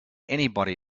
anybody